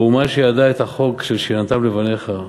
האומה שידעה את החוק של 'ושיננתם לבניך'